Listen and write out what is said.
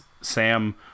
Sam